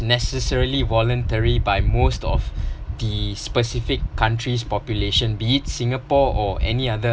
necessary voluntary by most of the specific country's population be singapore or any other